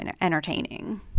entertaining